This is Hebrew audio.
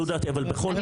זו דעתי, אבל בכל פעם.